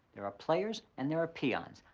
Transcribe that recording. there are players and there are peons.